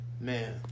man